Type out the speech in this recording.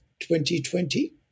2020